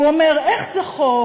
הוא אומר: איך זה חוק